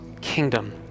kingdom